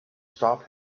stop